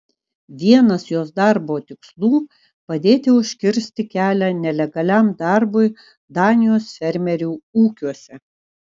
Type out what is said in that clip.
vienas jos darbo tikslų padėti užkirsti kelią nelegaliam darbui danijos fermerių ūkiuose